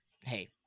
hey